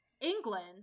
England